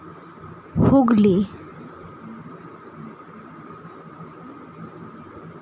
Hooghly